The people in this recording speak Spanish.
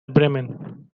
bremen